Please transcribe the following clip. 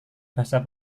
bahasa